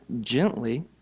gently